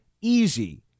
easy